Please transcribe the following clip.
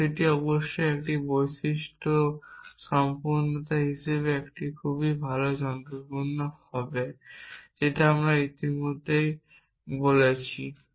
কিন্তু যে অবশ্যই একটি বৈশিষ্ট্য সম্পূর্ণতা হিসাবে একটি খুব ভাল যন্ত্রপাতি নয় যে আমরা ইতিমধ্যে কথা বলেছি